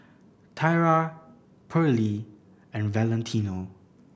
Tyra Perley and Valentino